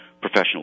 professional